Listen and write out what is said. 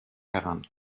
heran